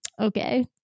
okay